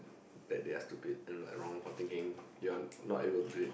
like they are stupid then like wrong for thinking you are not able to do it